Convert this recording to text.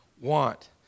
want